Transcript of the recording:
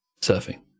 surfing